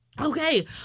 Okay